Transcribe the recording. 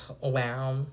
Wow